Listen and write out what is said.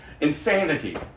insanity